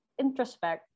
introspect